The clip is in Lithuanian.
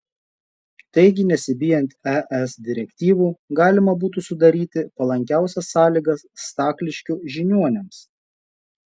taigi nesibijant es direktyvų galima būtų sudaryti palankiausias sąlygas stakliškių žiniuoniams